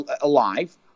alive